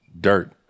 Dirt